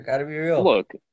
look